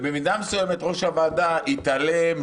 במידה מסוימת ראש הוועדה התעלם,